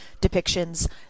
depictions